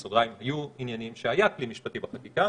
בסוגריים: היו עניינים שהיה כלי משפטי בחקיקה,